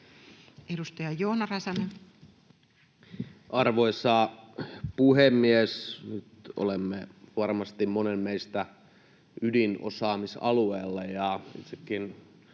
Edustaja Joona Räsänen. Arvoisa puhemies! Nyt olemme varmasti meistä monen ydinosaamisalueella.